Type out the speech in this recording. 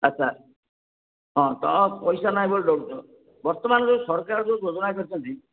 ଆଚ୍ଛା ହଁ ତ ପଇସା ନାହିଁ ବୋଲି ଡରୁଛ ବର୍ତ୍ତମାନ ଯେଉଁ ସରକାର ଯେଉଁ ଯୋଜନା କରିଛନ୍ତି